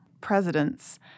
presidents